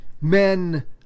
men